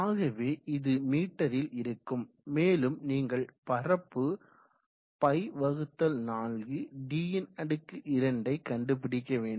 ஆகவே இது மீட்டரில் இருக்கும் மேலும் நீங்கள் பரப்பு Π4d2யை கண்டுபிடிக்க வேண்டும்